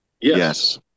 Yes